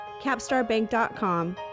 capstarbank.com